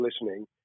listening